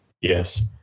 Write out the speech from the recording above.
Yes